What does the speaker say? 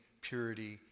purity